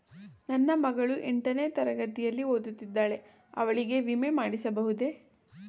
ನನ್ನ ಮಗಳು ಎಂಟನೇ ತರಗತಿಯಲ್ಲಿ ಓದುತ್ತಿದ್ದಾಳೆ ಅವಳಿಗೆ ವಿಮೆ ಮಾಡಿಸಬಹುದೇ?